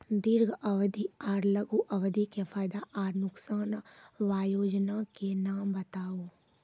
दीर्घ अवधि आर लघु अवधि के फायदा आर नुकसान? वयोजना के नाम बताऊ?